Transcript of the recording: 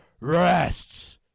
rests